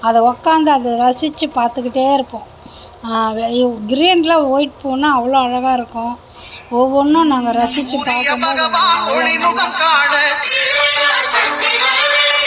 அதை உக்காந்து அது ரசிச்சு பார்த்துகிட்டே இருப்போம் வே யு கிரீனில் ஒயிட் பூன்னால் அவ்வளோ அழகாக இருக்கும் ஒவ்வொன்றும் நாங்கள் ரசிச்சு பார்ப்போம்